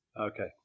Okay